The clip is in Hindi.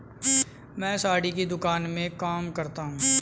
मैं साड़ी की दुकान में काम करता हूं